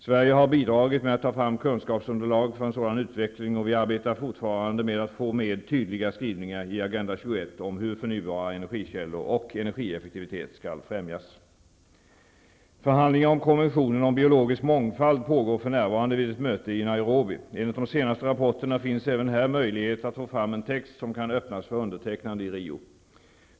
Sverige har bidragit med att ta fram kunskapsunderlag för en sådan utveckling, och vi arbetar fortfarande med att få med tydligare skrivningar i Agenda 21 om hur förnybara energikällor och energieffektivitet skall främjas. Förhandlingar om konventionen om biologisk mångfald pågår för närvarande vid ett möte i Nairobi. Enligt de senaste rapporterna finns även här möjlighet att få fram en text som kan öppnas för undertecknande i Rio.